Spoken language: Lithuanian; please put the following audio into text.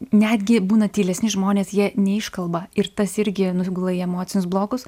netgi būna tylesni žmonės jie neiškalba ir tas irgi nugula į emocinius blokus